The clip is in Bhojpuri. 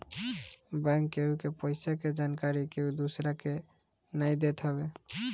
बैंक केहु के पईसा के जानकरी केहू दूसरा के नाई देत हवे